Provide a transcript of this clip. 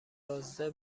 بازده